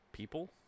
People